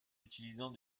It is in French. utilisant